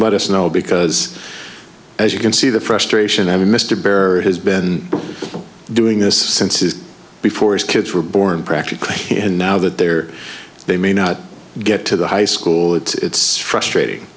let us know because as you can see the frustration at mr barrow has been doing this since his before his kids were born practically and now that they're they may not get to the high school it's frustrating